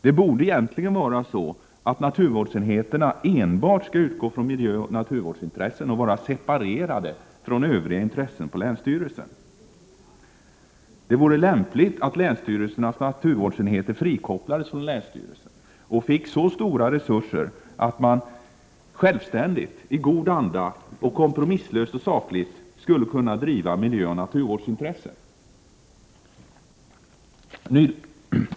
Det borde egentligen vara så att naturvårdsenheterna enbart skulle ägna sig åt miljöoch naturvårdsintressena och vara separerade från Övriga intressen hos länsstyrelserna. Då vore det lämpligt att naturvårdsenheterna frikopplades från länsstyrelserna och fick så stora resurser att de självständigt i god anda, kompromisslöst och sakligt skulle kunna driva miljöoch naturvårdsintressen.